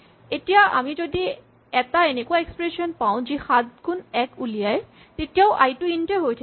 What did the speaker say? এতিয়া আমি যদি এটা এনেকুৱা এক্সপ্ৰেচন পাওঁ যি ৭ গুণ ১ উলিয়ায় তেতিয়াও আই টো ইন্ট এই হৈ থাকিব